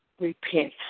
repent